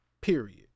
period